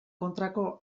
kontrako